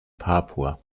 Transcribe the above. papua